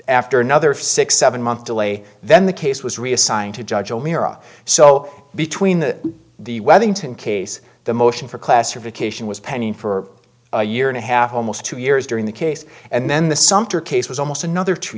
after another six seven month delay then the case was reassigned to judge o'meara so between the the wedding to encase the motion for classification was pending for a year and a half almost two years during the case and then the sumpter case was almost another two